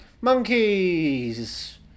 monkeys